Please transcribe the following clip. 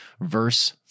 verse